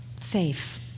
safe